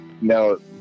No